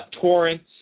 torrents